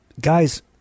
Guys